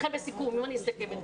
לכן, לסיכום דבריי.